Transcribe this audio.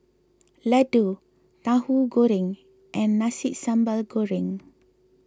Laddu Tahu Goreng and Nasi Sambal Goreng